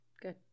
good